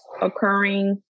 occurring